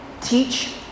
teach